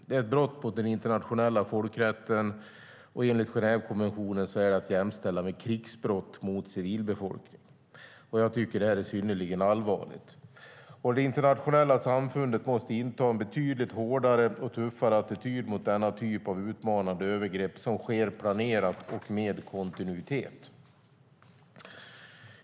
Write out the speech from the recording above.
Det är ett brott mot den internationella folkrätten, och enligt Genèvekonventionen är det att jämställa med krigsbrott mot civilbefolkning. Jag tycker att det här är synnerligen allvarligt, och det internationella samfundet måste inta en betydligt hårdare och tuffare attityd mot denna typ av utmanande övergrepp som sker planerat och med kontinuitet.